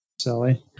Silly